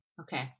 Okay